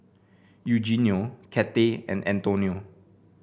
Eugenio Cathey and Antonio